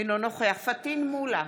אינו נוכח פטין מולא,